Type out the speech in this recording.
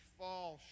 fall